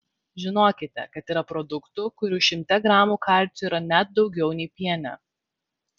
žinokite kad yra produktų kurių šimte gramų kalcio yra net daugiau nei piene